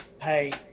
Hey